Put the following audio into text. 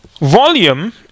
volume